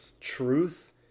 truth